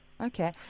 Okay